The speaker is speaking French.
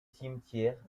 cimetière